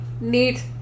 neat